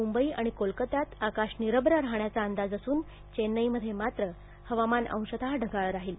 मुंबई आणि कोलकत्यात आकाश निरश्व राहण्याचा अंदाज असून चेन्नईमध्ये मात्र हवामान अंशत ढगाळ राहील